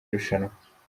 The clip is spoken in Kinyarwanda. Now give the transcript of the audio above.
rushanwa